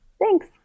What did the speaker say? thanks